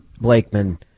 Blakeman